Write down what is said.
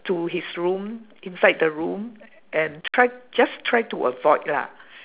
to his room inside the room and try just try to avoid lah